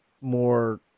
more